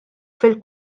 fil